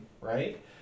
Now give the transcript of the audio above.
right